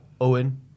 Owen